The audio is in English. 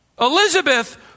Elizabeth